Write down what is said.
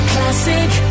Classic